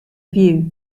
view